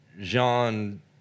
Jean